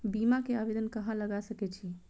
बीमा के आवेदन कहाँ लगा सके छी?